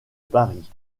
paris